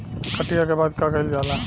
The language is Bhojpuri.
कटिया के बाद का कइल जाला?